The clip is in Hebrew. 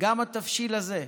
גם התבשיל הזה,